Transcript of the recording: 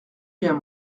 viens